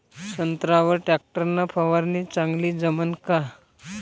संत्र्यावर वर टॅक्टर न फवारनी चांगली जमन का?